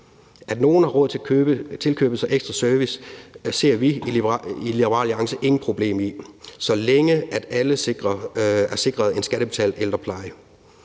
At nogle har råd til at tilkøbe sig ekstra service ser vi i Liberal Alliance intet problem i, så længe alle er sikret en skattebetalt ældrepleje.